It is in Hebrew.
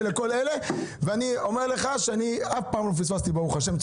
אני אומר לך שאני שאף פעם לא פספסתי צום.